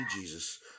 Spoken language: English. Jesus